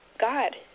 God